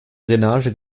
drainage